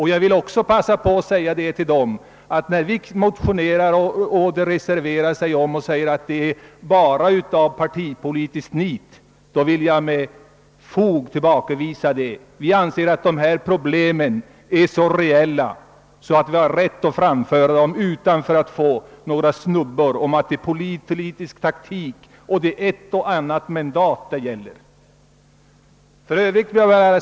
Jag vill också med kraft tillbakavisa påståendet att det bara skulle vara av partipolitiskt nit som vi motionerar och reserverar oss. Vi anser att dessa problem är så reella, att vi har rätt att framföra synpunkter på dem utan att behöva få några snubbor om att det skulle vara fråga om partipolitisk taktik och gälla ett eller annat mandat.